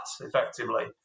effectively